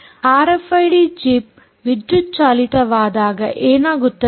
RFID chip ವಿದ್ಯುತ್ ಚಾಲಿತವಾದಾಗ ಏನಾಗುತ್ತದೆ